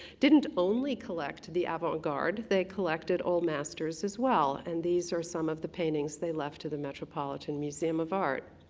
didn't only collect the avante garde, they collected old masters as well. and these are some of the paintings they left to the metropolitan museum of art.